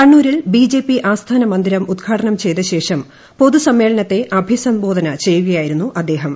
കണ്ണൂരിൽ B J P ആസ്ഥാന മന്ദിരം ഉദ്ഘാടനം ചെയ്തശേഷം പൊതുസമ്മേളനത്തെ അഭിസംബോധന ചെയ്യുകയായിരുന്നു അദ്ദേഹം